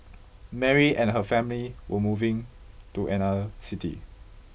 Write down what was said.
Mary and her family were moving to another city